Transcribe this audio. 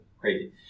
crazy